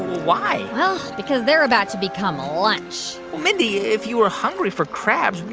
why? well, because they're about to become lunch mindy, if you were hungry for crabs,